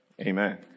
Amen